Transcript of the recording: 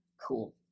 cool